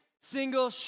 single